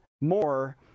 more